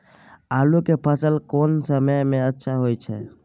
आलू के फसल कोन समय में अच्छा होय छै?